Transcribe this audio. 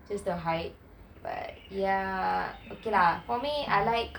just to hide but ya okay lah for me I like